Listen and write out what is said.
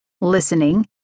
listening